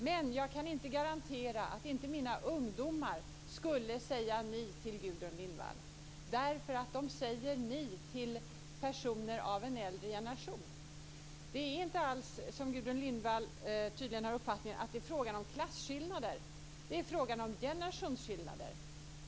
Men jag kan inte garantera att inte mina ungdomar skulle säga ni till Gudrun Lindvall, eftersom de säger ni till personer av en äldre generation. Det är inte alls som Gudrun Lindvall tydligen har uppfattat det att det är fråga om klasskillnader. Det är fråga om generationsskillnader.